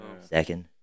Second